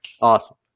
Awesome